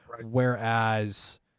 Whereas